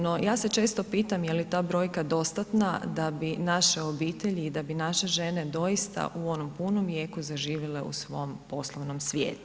No, ja se često pitam je li ta brojka dostatna da bi naše obitelji i da bi naše žene doista u onom punom jeku zaživjele u svom poslovnom svijetu?